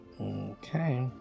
Okay